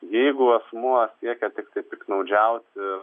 jeigu asmuo siekia tiktai piktnaudžiauti